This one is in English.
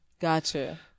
Gotcha